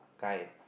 guy and